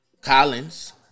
collins